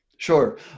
Sure